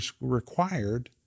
required